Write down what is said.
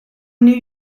new